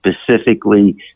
specifically